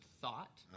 thought